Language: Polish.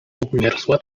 obmierzła